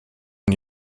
und